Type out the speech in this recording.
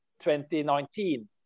2019